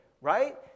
right